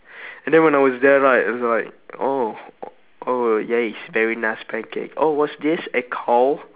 and then when I was there right it was like oh oh yes it's very nice pancake oh what's this a call